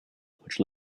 which